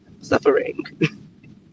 suffering